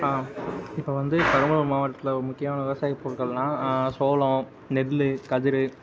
ஆ இப்போ வந்து பெரம்பலூர் மாவட்டத்தில் ஒரு முக்கியமான விவசாய பொருட்கள்னால் சோளம் நெல் கதிர்